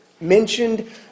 Mentioned